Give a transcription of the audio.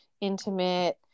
intimate